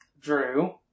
Drew